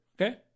okay